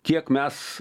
kiek mes